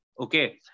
Okay